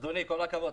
אדוני כל הכבוד.